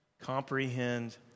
comprehend